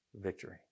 victory